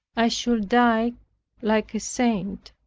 i should die like a saint.